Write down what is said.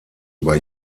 über